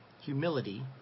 humility